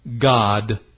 God